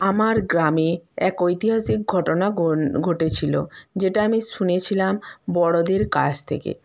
আমার গ্রামে এক ঐতিহাসিক ঘটনা ঘটেছিলো যেটা আমি শুনেছিলাম বড়োদের কাছ থেকে